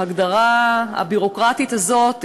ההגדרה הביורוקרטית הזאת,